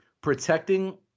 protecting